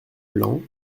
plan